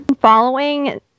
following